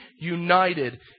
united